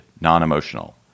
non-emotional